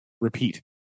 repeat